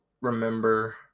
remember